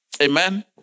amen